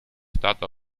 stato